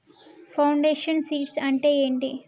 Foundation seeds అంటే ఏంటి?